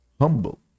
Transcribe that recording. humble